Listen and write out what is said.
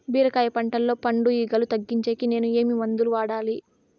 బీరకాయ పంటల్లో పండు ఈగలు తగ్గించేకి నేను ఏమి మందులు వాడాలా?